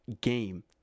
game